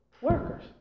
workers